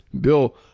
Bill